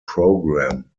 program